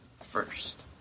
first